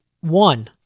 one